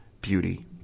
Beauty